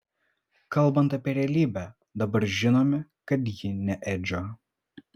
kalbant apie realybę dabar žinome kad ji ne edžio